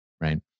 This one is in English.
right